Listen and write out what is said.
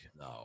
No